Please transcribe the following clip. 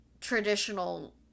traditional